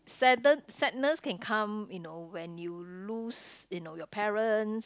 sadden sadness can come you know when you lose you know your parents